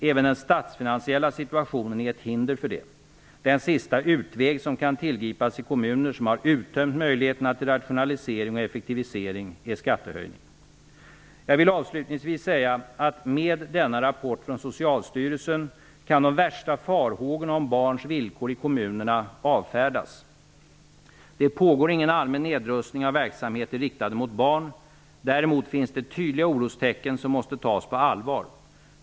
Även den statsfinansiella situationen är ett hinder för det. Den sista utväg som kan tillgripas i kommuner som har uttömt möjligheterna till rationalisering och effektivisering är skattehöjning. Jag vill avslutningsvis säga att med denna rapport från Socialstyrelsen kan de värsta farhågorna om barns villkor i kommunerna avfärdas. Det pågår ingen allmän nedrustning av verksamheter riktade mot barn. Däremot finns det tydliga orostecken som måste tas på allvar.